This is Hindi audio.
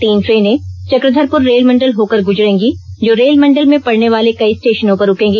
तीन ट्रेनें चक्रधरपुर रेलमंडल होकर गुजरेंगी जो रेल मंडल में पड़ने वाले कई स्टेशनों पर रूकेंगी